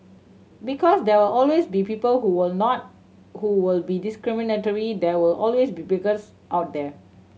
because there will always be people who will not who will be discriminatory there will always be bigots out there